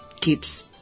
keeps